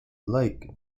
lake